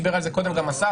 דיבר על זה קודם גם אסף,